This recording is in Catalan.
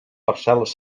parcel·les